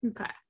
okay